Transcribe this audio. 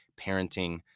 parenting